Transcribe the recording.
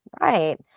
Right